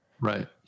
Right